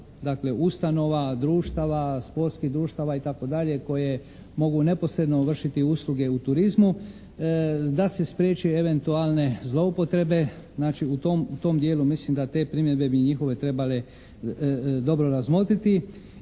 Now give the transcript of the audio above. dakle ustanova, društava, sportskih društava itd. koje mogu neposredno vršiti usluge u turizmu, da se spriječi eventualne zloupotrebe, znači u tom dijelu mislim da te primjedbe bi njihove trebale dobro razmotriti